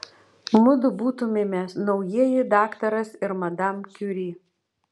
mudu būtumėme naujieji daktaras ir madam kiuri